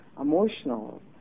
emotional